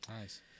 Nice